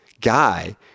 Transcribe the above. guy